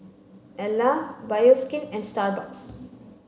Elle Bioskin and Starbucks